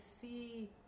see